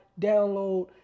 download